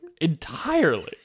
Entirely